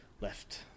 left